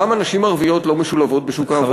למה נשים ערביות לא משולבות בשוק העבודה?